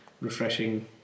refreshing